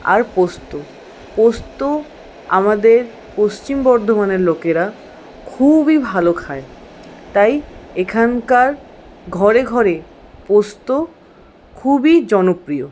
আর পোস্ত পোস্ত আমাদের পশ্চিম বর্ধমানের লোকেরা খুবই ভালো খায় তাই এখানকার ঘরে ঘরে পোস্ত খুবই জনপ্রিয়